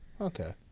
Okay